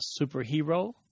superhero